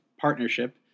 partnership